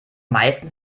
meisten